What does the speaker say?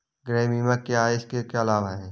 गृह बीमा क्या है इसके क्या लाभ हैं?